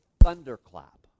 thunderclap